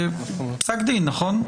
בפסק דין, נכון?